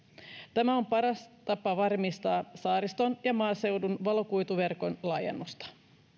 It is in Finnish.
tämä on paras tapa varmistaa saariston ja maaseudun valokuituverkon laajennusta